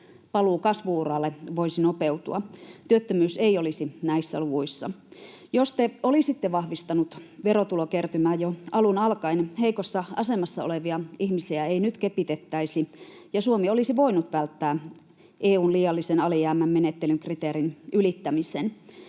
paluu kasvu-uralle voisi nopeutua. Työttömyys ei olisi näissä luvuissa. Jos te olisitte vahvistaneet verotulokertymää jo alun alkaen, heikossa asemassa olevia ihmisiä ei nyt kepitettäisi ja Suomi olisi voinut välttää EU:n liiallisen alijäämän menettelyn kriteerin ylittämisen.